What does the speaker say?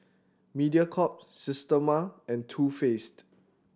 Mediacorp Systema and Too Faced